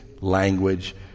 language